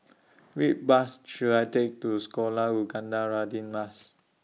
Which Bus should I Take to Sekolah Ugama Radin Mas